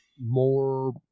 more